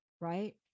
right